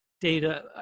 data